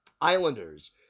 Islanders